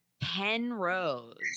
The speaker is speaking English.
Penrose